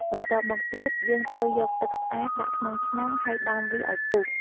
បន្ទាប់មកទៀត យើងត្រូវយកទឺកស្អាតដាក់ក្នុងឆ្នាំង ហើយដាំវាឱ្យពុះ។